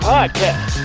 Podcast